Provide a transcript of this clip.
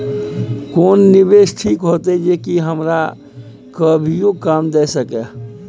केना निवेश ठीक होते जे की हमरा कभियो काम दय सके?